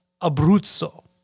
Abruzzo